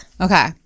Okay